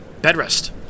Bedrest